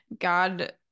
God